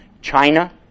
China